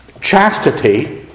chastity